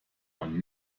man